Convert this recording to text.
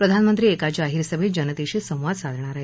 प्रधानमंत्री एका जाहीर सभेत जनतेशी संवाद साधणार आहेत